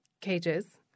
cages